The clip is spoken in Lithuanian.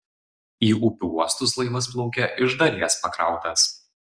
į upių uostus laivas plaukia iš dalies pakrautas